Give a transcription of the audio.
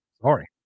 Sorry